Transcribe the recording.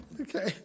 Okay